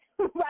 Right